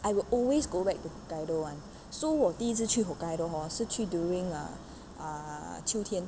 I will always go back to hokkaido [one] so 我第一次去 hokkaido hor 是去 during ah ah 秋天